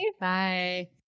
Bye